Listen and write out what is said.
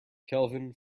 kelvin